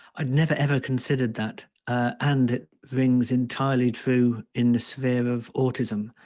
i'd never ever considered that and things entirely true in the sphere of autism.